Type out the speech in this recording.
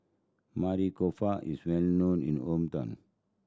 Maili Kofta is well known in hometown